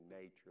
nature